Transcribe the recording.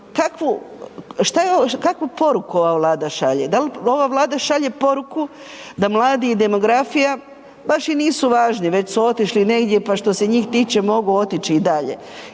kakvu poruku ova Vlada šalje? Da li ova Vlada šalje poruku da mladi i demografija baš i nisu važni već su otišli negdje pa što se njih tiče mogu otići i dalje